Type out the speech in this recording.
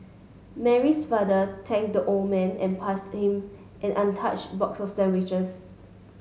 Mary's father thanked the old man and passed him an untouched box of sandwiches